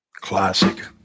Classic